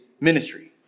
ministry